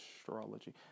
astrology